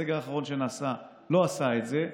הסגר האחרון שנעשה לא עשה את זה.